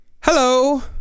Hello